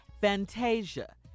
Fantasia